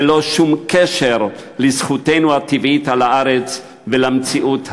ללא שום קשר לזכותנו הטבעית על הארץ ולמציאות החוקית.